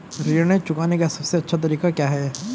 ऋण चुकाने का सबसे अच्छा तरीका क्या है?